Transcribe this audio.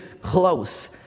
close